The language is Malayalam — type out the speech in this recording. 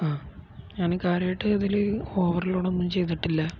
ആ ഞാന് കാര്യമായിട്ട് അതില് ഓവർലോഡൊന്നും ചെയ്തിട്ടില്ല